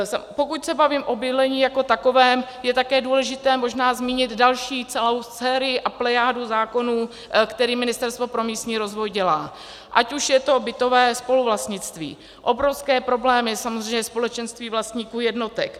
Pokud se bavím o bydlení jako takovém, je také důležité možná zmínit další celou sérií a plejádu zákonů, které Ministerstvo pro místní rozvoj dělá, ať už je to bytové spoluvlastnictví, obrovské problémy samozřejmě společenství vlastníků jednotek.